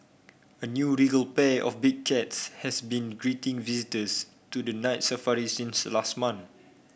a new regal pair of big cats has been greeting visitors to the Night Safari since last month